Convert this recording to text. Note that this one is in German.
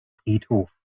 friedhof